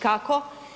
Kako?